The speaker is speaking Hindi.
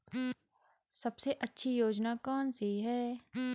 सबसे अच्छी योजना कोनसी है?